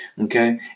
Okay